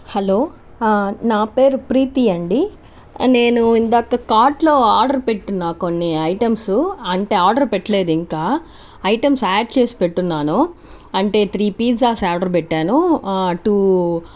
hello నా పేరు ప్రీతీ అండీ నేను ఇందాక కార్ట్లో ఆర్డర్ పెట్టిన కొన్ని ఐటమ్స్ అంటే ఆర్డర్ పెట్లేదు ఇంకా ఐటమ్స్ యాడ్ చేసి పెట్టియున్నాను అంటే త్రీ పీజ్జాస్ ఆర్డర్ పెట్టాను టూ